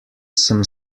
sem